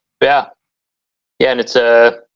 yeah, yeah. and it's a